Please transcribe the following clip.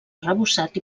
arrebossat